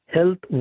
Health